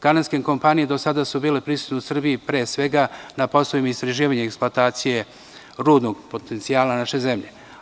Kanadske kompanije su bile prisutne u Srbiji pre svega na poslovima istraživanja i eksploatacije rudnog potencijala naše zemlje.